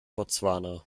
botswana